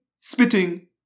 spitting